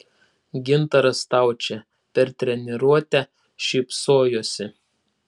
gintaras staučė per treniruotę šypsojosi